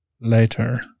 later